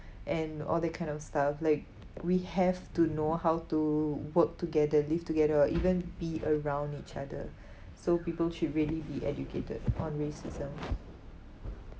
and all that kind of stuff like we have to know how to work together live together or even be around each other so people should really be educated on racism